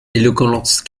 éloquence